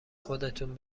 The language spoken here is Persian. خودتون